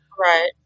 right